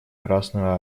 красную